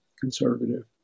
conservative